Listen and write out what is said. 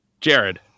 Jared